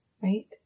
right